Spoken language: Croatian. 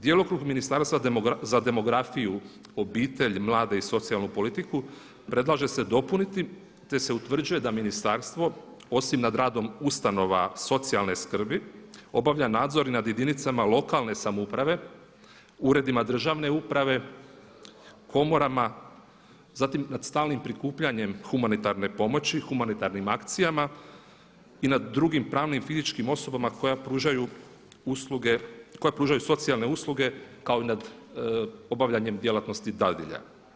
Djelokrug Ministarstva za demografiju, obitelj, mlade i socijalnu politiku predlaže se dopuniti te se utvrđuje da Ministarstvo osim nad radom ustanova socijalne skrbi obavlja nadzor i nad jedinicama lokalne samouprave, uredima državne uprave, komorama, zatim nad stalnim prikupljanjem humanitarne pomoći, humanitarnim akcijama i nad drugim pravnim i fizičkim osobama koja pružaju socijalne usluge kao i nad obavljanjem djelatnosti dadilja.